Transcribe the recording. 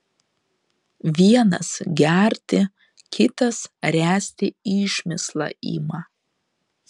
vienas gerti kitas ręsti išmislą ima